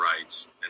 rights